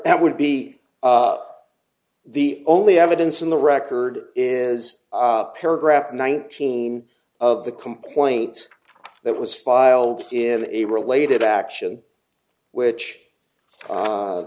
that would be the only evidence in the record is paragraph nineteen of the complaint that was filed in a related action which